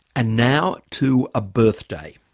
and now to a birthday.